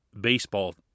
baseball